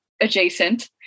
adjacent